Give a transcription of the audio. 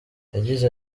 yagize